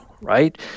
right